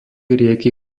rieky